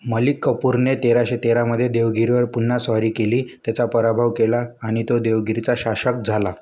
मलिक कफूरने तेराशे तेरामध्ये देवगिरीवर पुन्हा स्वारी केली त्याचा पराभव केला आणि तो देवगिरीचा शासक झाला